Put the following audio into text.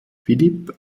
philippe